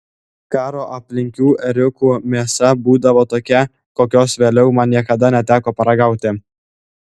karo apylinkių ėriukų mėsa būdavo tokia kokios vėliau man niekada neteko paragauti